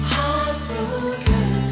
Heartbroken